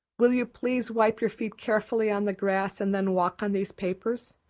will you please wipe your feet carefully on the grass and then walk on these papers?